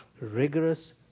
rigorous